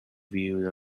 viewed